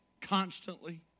constantly